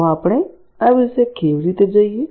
તો આપણે આ વિશે કેવી રીતે જઈએ